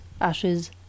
ashes